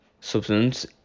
substance